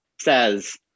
says